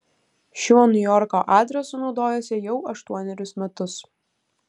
šiuo niujorko adresu naudojuosi jau aštuonerius metus